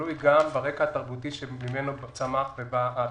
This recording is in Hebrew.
תלוי גם ברקע התרבותי שממנו צמח ובא התלמיד.